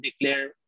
declare